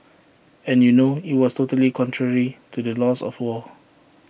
and you know IT was totally contrary to the laws of war